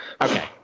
Okay